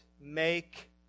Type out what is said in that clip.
make